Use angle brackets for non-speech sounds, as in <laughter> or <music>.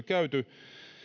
<unintelligible> käyty